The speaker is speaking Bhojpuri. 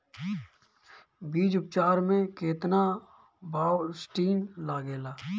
बीज उपचार में केतना बावस्टीन लागेला?